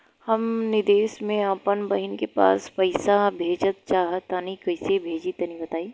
हम विदेस मे आपन बहिन के पास पईसा भेजल चाहऽ तनि कईसे भेजि तनि बताई?